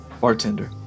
Bartender